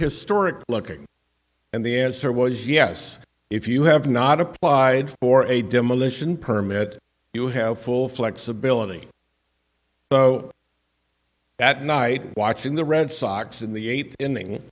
historic looking and the answer was yes if you have not applied for a demolition permit you have full flexibility so that night watching the red sox in the eighth inning